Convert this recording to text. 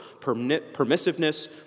permissiveness